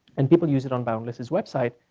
and people use it on boundless' website,